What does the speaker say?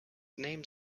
name